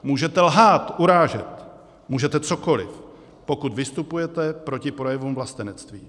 Můžete lhát, urážet, můžete cokoli pokud vystupujete proti projevům vlastenectví.